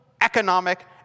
economic